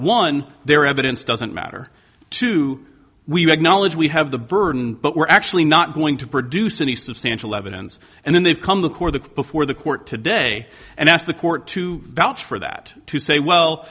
one their evidence doesn't matter to we've acknowledged we have the burden but we're actually not going to produce any substantial evidence and then they've come the core the before the court today and ask the court to vouch for that to say well